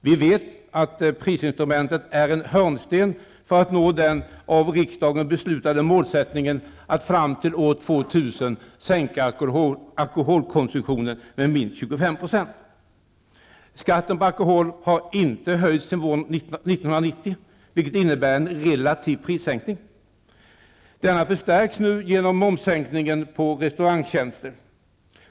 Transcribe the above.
Vi vet att prisinstrumentet är en hörnsten för att nå den av riksdagen beslutade målsättningen att fram till år 2000 sänka alkoholkonsumtionen med minst 25 %. Skatten på alkohol har inte höjts sedan våren 1990, vilket innebär en relativ prissänkning. Denna förstärks nu genom momssänkningen på restaurangtjänster.